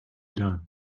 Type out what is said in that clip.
done